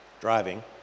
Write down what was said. driving